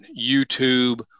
YouTube